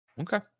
okay